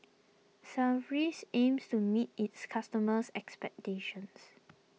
Sigvaris aims to meet its customers' expectations